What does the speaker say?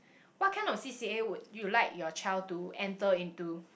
what kind of C_C_A would you like your child to enter into